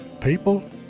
people